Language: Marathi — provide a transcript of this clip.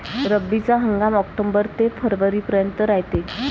रब्बीचा हंगाम आक्टोबर ते फरवरीपर्यंत रायते